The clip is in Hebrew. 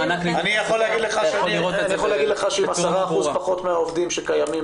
יכול להגיד לך שעם 10% פחות מהעובדים שקיימים